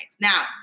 Now